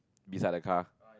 beside the car